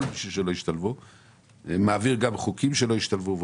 גם ערך צובר.